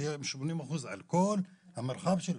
שיהיה 80% על כל המרחב שלו.